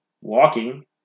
walking